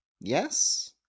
Yes